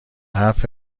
حرف